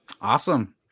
Awesome